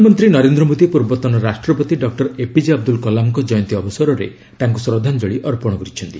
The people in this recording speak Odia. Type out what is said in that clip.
ପ୍ରଧାନମନ୍ତ୍ରୀ ନରେନ୍ଦ୍ର ମୋଦୀ ପୂର୍ବତନ ରାଷ୍ଟ୍ରପତି ଡକୁର ଏପିଜେ ଅବଦୁଲ କଲାମଙ୍କ ଜୟନ୍ତୀ ଅବସରରେ ତାଙ୍କୁ ଶ୍ରଦ୍ଧାଞ୍ଚଳି ଅର୍ପଣ କରିଛନ୍ତି